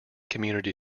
community